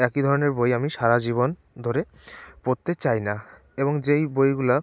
একই ধরনের বই আমি সারা জীবন ধরে পরতে চাই না এবং যেই বইগুলো